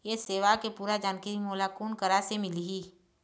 ये सेवा के पूरा जानकारी मोला कोन करा से मिलही?